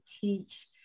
teach